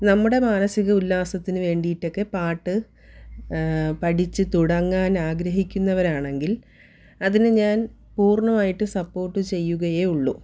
നമ്മുടെ മാനസിക ഉല്ലാസത്തിന് വേണ്ടിയിട്ടോക്കെ പാട്ട് പഠിച്ച് തുടങ്ങാനാഗ്രഹക്കുന്നവരാണെങ്കിൽ അതിന് ഞാൻ പൂർണ്ണമായിട്ട് സപ്പോർട്ട് ചെയ്യുകയേ ഉള്ളു